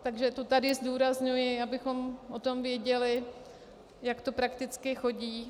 Takže to tady zdůrazňuji, abychom o tom věděli, jak to prakticky chodí.